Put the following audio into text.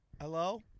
Hello